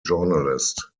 journalist